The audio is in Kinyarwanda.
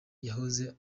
yahoze